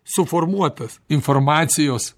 suformuotas informacijos